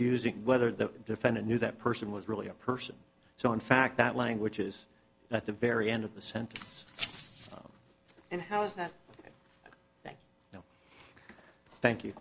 using whether the defendant knew that person was really a person so in fact that language is at the very end of the sentence and how is that that you